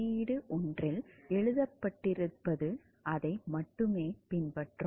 குறியீடு 1 இல் எழுதப்பட்டிருப்பது அதை மட்டுமே பின்பற்றும்